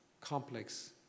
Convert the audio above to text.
complex